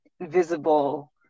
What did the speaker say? visible